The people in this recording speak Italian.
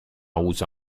usa